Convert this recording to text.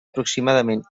aproximadament